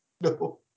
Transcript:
no